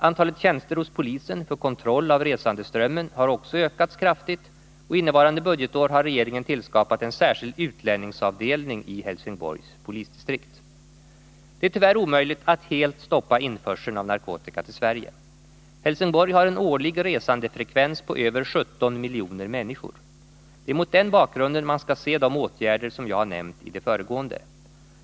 Antalet tjänster hos polisen för kontroll av resandeströmmen har också ökats kraftigt, och innevarande budgetår har regeringen tillskapat en särskild utlänningsavdelning i Helsingborgs polisdistrikt. Det är tyvärr omöjligt att helt stoppa införseln av narkotika till Sverige. Helsingborg har en årlig resandefrekvens på över 17 miljoner människor. Det är mot den bakgrunden man skall se de åtgärder som jag har nämnt i det föregående.